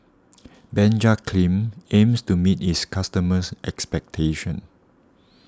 Benzac Cream aims to meet its customers' expectations